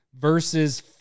versus